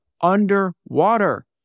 underwater